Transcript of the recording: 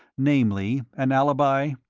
namely, an alibi?